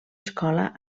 escola